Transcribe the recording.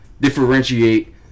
differentiate